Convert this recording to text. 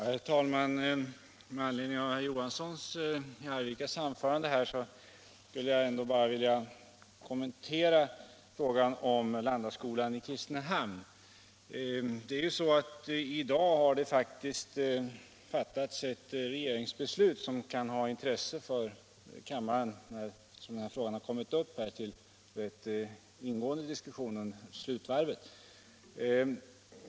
Herr talman! Med anledning av herr Johanssons i Arvika anförande vill jag göra en kommentar beträffande Landaskolan i Kristinehamn. Det har faktiskt i dag fattats ett regeringsbeslut som kan ha intresse för kammarens ledamöter, eftersom frågan kommit upp till rätt ingående diskussion under slutvarvet av denna debatt.